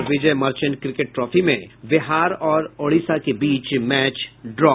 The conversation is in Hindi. और विजय मर्चेंट क्रिकेट ट्राफी में बिहार और ओडिशा के बीच मैच ड्रा